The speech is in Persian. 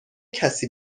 کسی